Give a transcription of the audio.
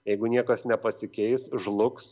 jeigu niekas nepasikeis žlugs